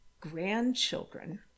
grandchildren